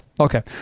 Okay